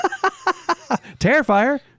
Terrifier